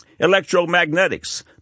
electromagnetics